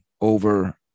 over